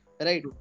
right